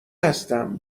هستم